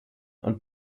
und